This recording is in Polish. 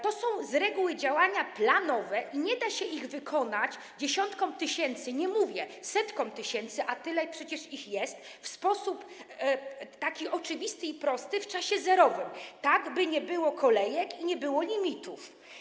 To są z reguły działania planowe i nie da się ich wykonać dziesiątkom tysięcy - nie mówię, że setkom tysięcy, a przecież tyle ich jest - w sposób oczywisty i prosty w czasie zerowym, tak by nie było kolejek i nie było limitów.